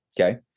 okay